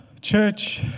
Church